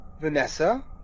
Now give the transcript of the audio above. Vanessa